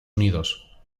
unidos